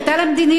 היתה לה מדיניות.